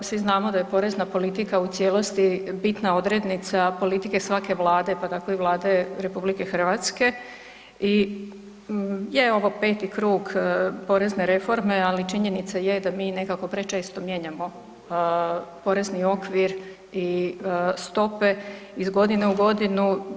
Svi znamo da je porezna politika u cijelosti bitna odrednica politike svake vlade, pa tako i Vlade RH i je ovo 5 krug porezne reforme, ali činjenica je da mi nekako prečesto mijenjamo porezni okvir i stope iz godine u godinu.